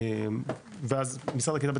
ואז משרד הקליטה,